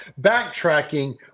backtracking